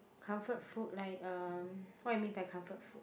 comfort food like um what you mean by comfort food